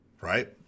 right